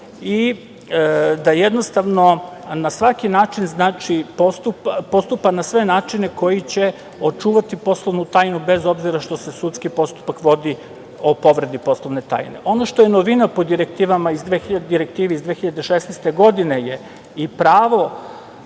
budu zatamnjeni i da postupa na sve načine koji će očuvati poslovnu tajnu bez obzira što se sudski postupak vodi o povredi poslovne tajne. Ono što je novina po Direktivi iz 2016. godine je pravo